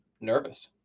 nervous